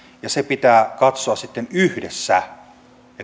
pitää katsoa sitten yhdessä